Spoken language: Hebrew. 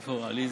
עליזה?